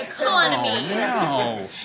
no